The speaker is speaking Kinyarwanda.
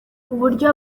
uburyo